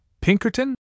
Pinkerton